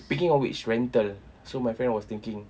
speaking of which rental so my friend was thinking